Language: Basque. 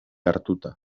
hartuta